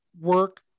work